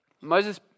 Moses